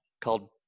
Called